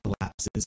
collapses